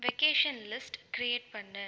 vacation list create பண்ணு